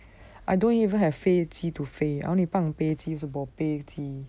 I don't even have 飞机 to 飞 ah I only 放飞机放飞机